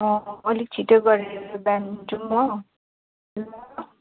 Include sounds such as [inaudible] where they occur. अलिक छिटो गरेर बिहान जाउँ हो [unintelligible]